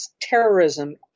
terrorism